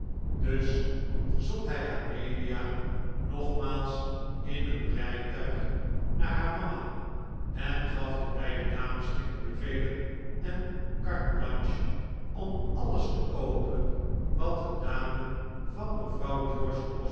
dus zond hij amelia nogmaals in een rijtuig naar haar mama en gaf de beide dames strikte bevelen en carte blanche om alles te koopen wat een dame van mevrouw